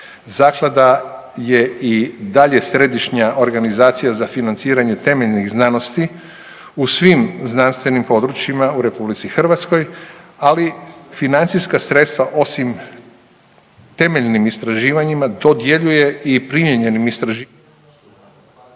Zaklada je i dalje središnja organizacija za financiranje temeljnih znanosti u svim znanstvenim područjima u RH, ali financijska sredstva osim temeljnim istraživanjima dodjeljuje i primijenjenim …/Govornik